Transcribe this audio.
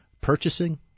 purchasing